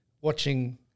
watching